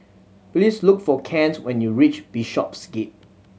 please look for Kent when you reach Bishopsgate